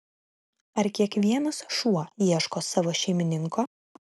ar kiekvienas šuo ieško savo šeimininko